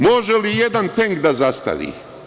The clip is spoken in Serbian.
Može li jedan tenk da zastari?